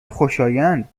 خویشاوند